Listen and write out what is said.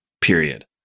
Period